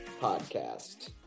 podcast